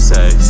Say